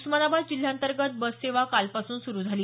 उस्मानाबाद जिल्ह्यांतर्गत बससेवा कालपासून सुरू झाली